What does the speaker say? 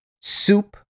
soup